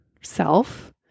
self